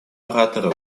оратора